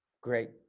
great